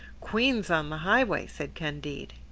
queens on the highway! said candide.